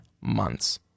months